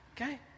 Okay